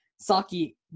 Saki